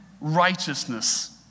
righteousness